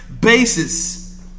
basis